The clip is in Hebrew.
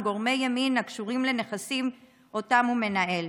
גורמי ימין הקשורים לנכסים שאותם הוא מנהל.